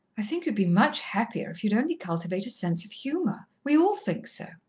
i think you'd be much happier, if you'd only cultivate a sense of humour we all think so.